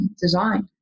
designed